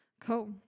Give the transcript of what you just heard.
Cool